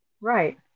Right